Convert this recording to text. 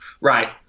Right